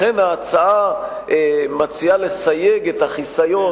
לכן ההצעה היא לסייג את החיסיון,